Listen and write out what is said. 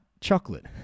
chocolate